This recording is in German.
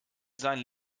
seinen